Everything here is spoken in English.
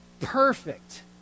perfect